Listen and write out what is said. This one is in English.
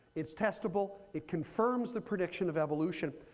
it's testable. it confirms the prediction of evolution.